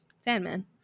Sandman